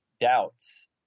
doubts